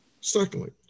Secondly